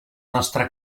nostra